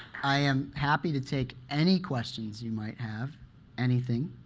i am happy to take any questions you might have anything.